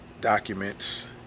documents